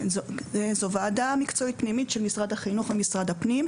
זו ועדה מקצועית פנימית של משרד החינוך ומשרד הפנים,